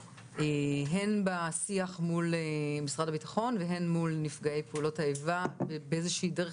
הן בשיח מול משרד הבטחון והן מול נפגעי פעולות האיבה באיזו שהיא דרך,